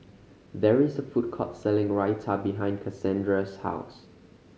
there is a food court selling Raita behind Casandra's house